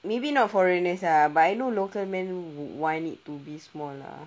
maybe not foreigners lah but I know local men would want it to be smaller